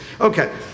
Okay